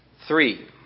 three